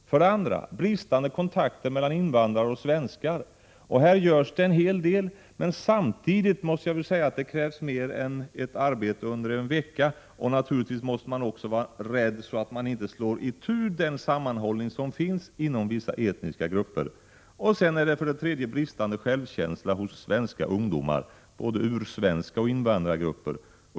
För det andra måste vi se upp med bristande kontakter mellan invandrare och svenskar. Det görs en hel del på det området, men samtidigt krävs det — Prot. 1986/87:129 faktiskt mer än en veckas arbete. Man måste naturligtvis också vara försiktig 22 maj 1987 så att man inte slår itu den sammanhållning som finns inom vissa etniska grupper. För det tredje gäller det bristande självkänsla hos ungdomar — både svenska och invandrare.